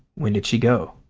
when did she go?